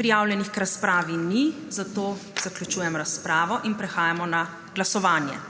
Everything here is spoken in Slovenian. Prijavljenih k razpravi ni, zato končujem razpravo in prehajamo na glasovanje.